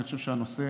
אני חושב שהנושא,